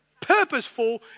purposeful